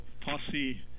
posse